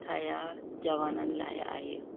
ठाहिया जवाननि लाइ आहे